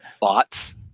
bots